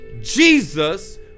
Jesus